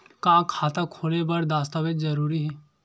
का खाता खोले बर दस्तावेज जरूरी हे?